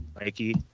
Mikey